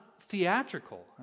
theatrical